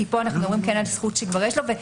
כי פה אנחנו מדברים על זכות שכבר יש לו.